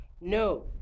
No